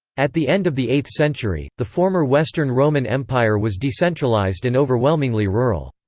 at the end of the eighth century, the former western roman empire was decentralized and overwhelmingly rural.